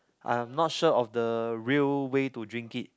I'm not sure of the real way to drink it